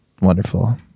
wonderful